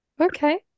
Okay